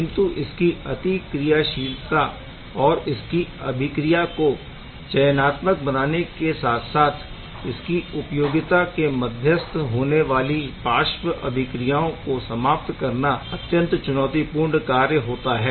किंतु इसकी अतिक्रियाशीलता और इसकी अभिक्रिया को चयनात्मक बनाने के साथ साथ इसकी उपयोगिता के मध्यस्थ होनेवाली पार्श्व अभिक्रियाओं को समाप्त करना अत्यंत चुनौतिपूर्ण कार्य होता है